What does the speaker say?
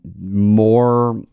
more